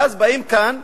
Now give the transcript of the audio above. ואז באים כאן,